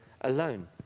alone